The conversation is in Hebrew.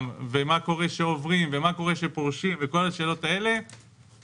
ומה קורה כשעוברים ומה קורה כשפורשים וכל השאלות האלה,